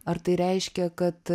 ar tai reiškia kad